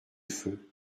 feu